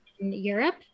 europe